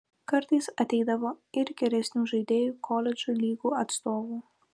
kartais ateidavo ir geresnių žaidėjų koledžų lygų atstovų